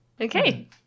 Okay